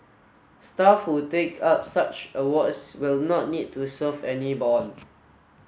staff who take up such awards will not need to serve any bond